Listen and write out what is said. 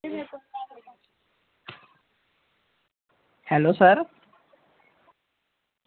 hello sir